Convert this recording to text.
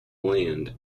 land